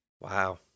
Wow